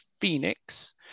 Phoenix